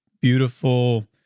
beautiful